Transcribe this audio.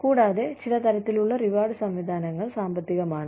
കൂടാതെ ചില തരത്തിലുള്ള റിവാർഡ് സംവിധാനങ്ങൾ സാമ്പത്തികമാണ്